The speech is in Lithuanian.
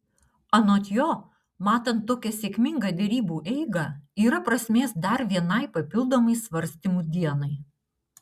anot jo matant tokią sėkmingą derybų eigą yra prasmės dar vienai papildomai svarstymų dienai